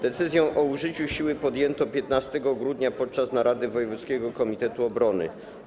Decyzję o użyciu siły podjęto 15 grudnia, podczas narady wojewódzkiego komitetu obrony.